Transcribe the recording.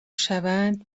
شوند